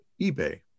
eBay